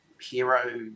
hero